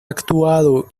actuado